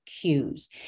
cues